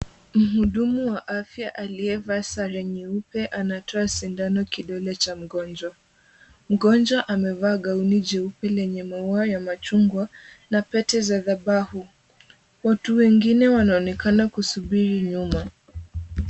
Mhudumu wa afya aliyevaa sare nyeupe anatoa sindano kidole cha mgonjwa. Mgonjwa amevaa gauni jeupe lenye maua ya machungwa na pete za dhabahu. Watu wengine wanaonyesha kusubiri nyuma.